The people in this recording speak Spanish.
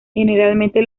generalmente